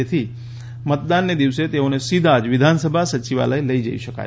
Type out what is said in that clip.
જેથી મતદાનને દિવસે તેઓને સીધા જ વિધાન સભા સચિવાલય લઇ જઈ શકાય